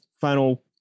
final